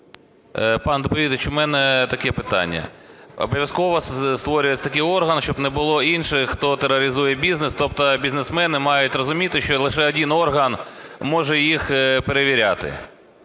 Пан доповідач, у мене таке питання. Обов'язково створюється такий орган, щоб не було інших, хто тероризує бізнес. Тобто бізнесмени мають розуміти, що лише один орган може їх перевіряти